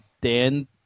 Dan